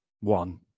one